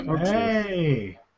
Hey